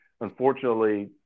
unfortunately